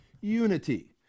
unity